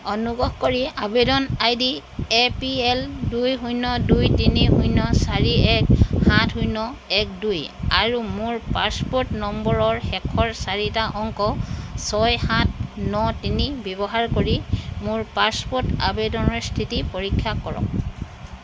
অনুগ্ৰহ কৰি আবেদন I D A P L দুই শূন্য দুই তিনি শূন্য চাৰি এক সাত শূন্য এক দুই আৰু মোৰ পাছপোৰ্ট নম্বৰৰ শেষৰ চাৰিটা অংক ছয় সাত ন তিনি ব্যৱহাৰ কৰি মোৰ পাছপোৰ্ট আবেদনৰ স্থিতি পৰীক্ষা কৰক